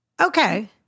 Okay